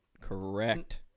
Correct